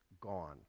gone